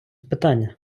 питання